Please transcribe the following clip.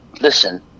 listen